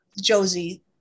Josie